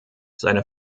seine